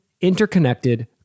interconnected